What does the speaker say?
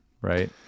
right